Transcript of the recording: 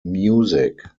music